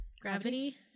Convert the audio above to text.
gravity